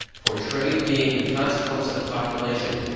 for trade being the consequence of population,